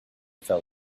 fell